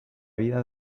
vida